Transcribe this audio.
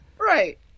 Right